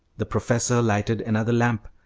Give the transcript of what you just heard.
the professor lighted another lamp,